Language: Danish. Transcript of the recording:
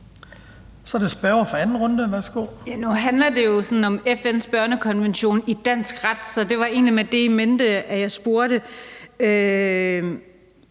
Nu handler det jo om FN's børnekonvention i dansk ret, så det var egentlig med det in mente, jeg spurgte.